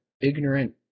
ignorant